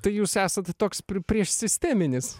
tai jūs esat toks priešsisteminis